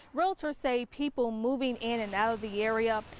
realtors say people moving in and out of the area,